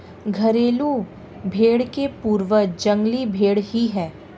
घरेलू भेंड़ के पूर्वज जंगली भेंड़ ही है